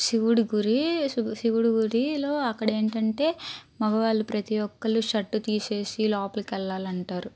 శివుడు గుడి శి శివుడు గుడిలో అక్కడేంటంటే మగవాళ్ళు ప్రతి ఒక్కరు షర్టు తీసేసి లోపలికి వెళ్ళాలి అంటారు